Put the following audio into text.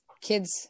kids